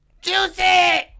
Juicy